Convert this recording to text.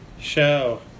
show